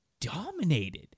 dominated